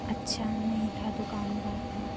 अच्छा नहीं था दुकानदार का